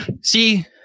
See